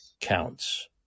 counts